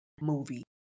movie